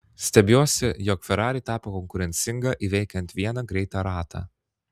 stebiuosi jog ferrari tapo konkurencinga įveikiant vieną greitą ratą